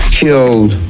killed